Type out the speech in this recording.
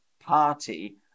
party